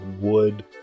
wood